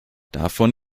davon